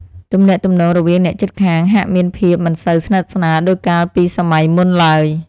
ទំនាក់ទំនងរវាងអ្នកជិតខាងហាក់មានភាពមិនសូវស្និទ្ធស្នាលដូចកាលពីសម័យមុនឡើយ។